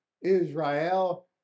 Israel